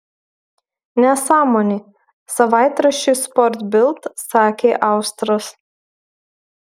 nesąmonė savaitraščiui sport bild sakė austras